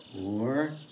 Four